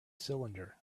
cylinder